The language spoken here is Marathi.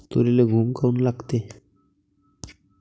तुरीले घुंग काऊन लागते?